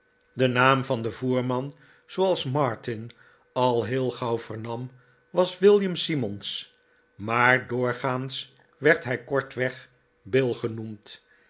de naam van den voerman zooals martin al heel gauw vernam was william simmons maar doorgaans werd hij kortweg bill genoemd